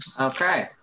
Okay